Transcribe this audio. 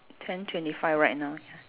ten twenty five right now